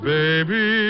baby